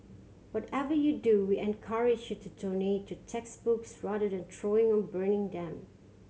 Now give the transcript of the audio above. whatever you do we encourage you to donate to textbooks rather than throwing or burning them